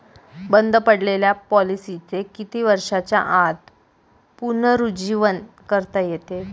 बंद पडलेल्या पॉलिसीचे किती वर्षांच्या आत पुनरुज्जीवन करता येते?